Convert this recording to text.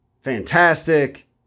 fantastic